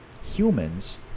humans